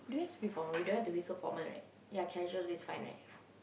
do we have to be formal we don't have to be so formal right ya casual is fine right